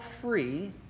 free